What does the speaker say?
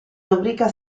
rubrica